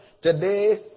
today